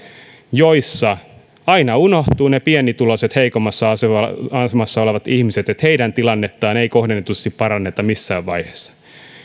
joissa aina unohtuvat ne pienituloiset heikommassa asemassa asemassa olevat ihmiset niin että heidän tilannettaan ei kohdennetusti paranneta missään vaiheessa